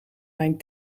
mijn